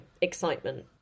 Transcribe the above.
excitement